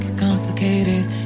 complicated